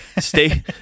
Stay